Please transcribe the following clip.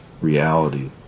reality